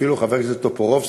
אפילו חבר הכנסת טופורובסקי,